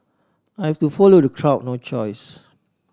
I have to follow the crowd no choice